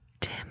Tim